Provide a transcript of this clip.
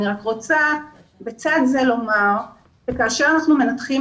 אבל בצד זה אני רוצה לומר שכאשר אנחנו מנתחים